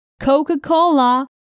Coca-Cola